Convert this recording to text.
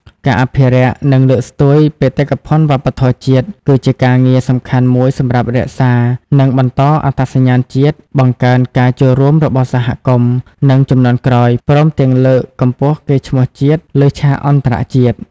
ការអភិរក្ស និងលើកស្ទួយបេតិកភណ្ឌវប្បធម៌ជាតិ គឺជាការងារសំខាន់មួយសម្រាប់រក្សា និងបន្តអត្តសញ្ញាណជាតិ បង្កើនការចូលរួមរបស់សហគមន៍ និងជំនាន់ក្រោយ ព្រមទាំងលើក កម្ពស់កេរ្តិ៍ឈ្មោះជាតិលើឆាកអន្តរជាតិ។